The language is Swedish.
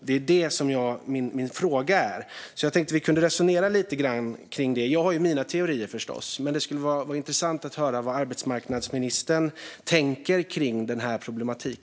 Det är det som är min fråga. Jag tänkte att vi kunde resonera lite grann kring det. Jag har förstås mina teorier. Men det skulle vara intressant att höra vad arbetsmarknadsministern tänker kring denna problematik.